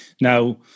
Now